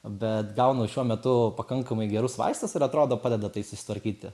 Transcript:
bet gaunu šiuo metu pakankamai gerus vaistas ir atrodo padeda tai susitvarkyti